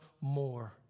more